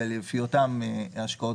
לפי אותן השקעות,